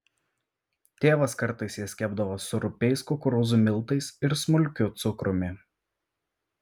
tėvas kartais jas kepdavo su rupiais kukurūzų miltais ir smulkiu cukrumi